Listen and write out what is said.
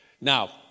Now